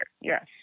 Yes